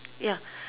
ya